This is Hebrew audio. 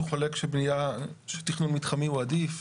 חולק שתכנון מתחמי הוא עדיף,